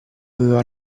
aveva